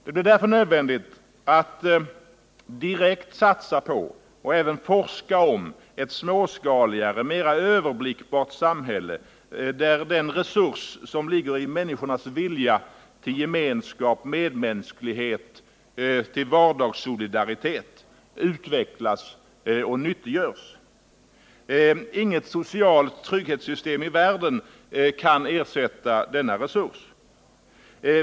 Det blir därför nödvändigt att direkt satsa på och även forska om ett småskaligare, mera överblickbart samhälle där den resurs som ligger i människornas vilja till gemenskap, medmänsklighet och vardagssolidaritet utvecklas och nyttiggörs. Inget socialt trygghetssystem i världen kan ersätta denna resurs.